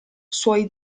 suoi